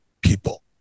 people